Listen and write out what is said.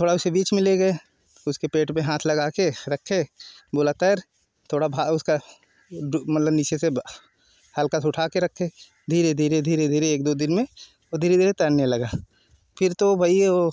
थोड़ा उसे बीच में ले गए उसके पेट पर हाथ लगा के रखें बोला तैर थोड़ा भार उसका मतलब नीचे से हल्का सा उठा के रखें धीरे धीरे धीरे धीरे एक दो दिन में धीरे धीरे तैरने लगा फिर तो भाई वो